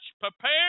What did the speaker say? prepare